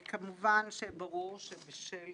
לבצע הנחה רק כשהמליאה פועלת.